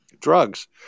Drugs